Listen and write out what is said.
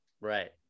right